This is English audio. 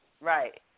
Right